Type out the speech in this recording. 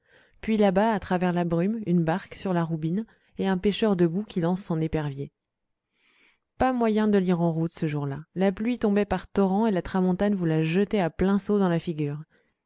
puis là-bas à travers la brume une barque sur la roubine et un pêcheur debout qui lance son épervier pas moyen de lire en route ce jour-là la pluie tombait par torrents et la tramontane vous la jetait à pleins seaux dans la figure